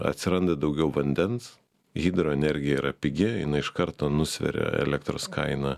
atsiranda daugiau vandens hidroenergija yra pigi jinai iš karto nusveria elektros kainą